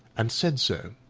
and said so.